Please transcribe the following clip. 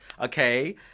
okay